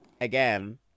again